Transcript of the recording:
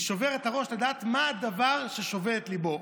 אני שובר את הראש לדעת מה הדבר ששובה את ליבו,